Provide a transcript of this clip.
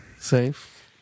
Safe